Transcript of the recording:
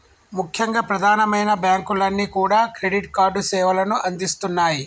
ముఖ్యంగా ప్రధానమైన బ్యాంకులన్నీ కూడా క్రెడిట్ కార్డు సేవలను అందిస్తున్నాయి